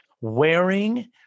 wearing